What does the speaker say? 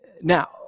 Now